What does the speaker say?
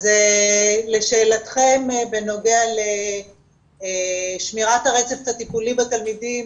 לשאלתכם בנוגע לשמירת הרצף הטיפולי בתלמידים